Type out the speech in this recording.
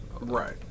Right